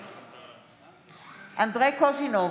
בעד אנדרי קוז'ינוב,